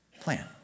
plan